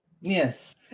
Yes